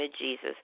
Jesus